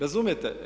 Razumijete?